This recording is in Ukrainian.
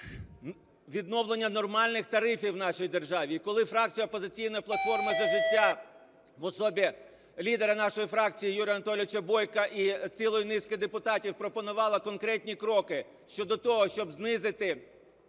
відновлення нормальних тарифів в нашій державі. І коли фракція "Опозиційна платформа - За життя" в особі лідера нашої фракції Юрія Анатолійовича Бойка і цілої низки депутатів пропонувала конкретні кроки щодо того, щоб знизити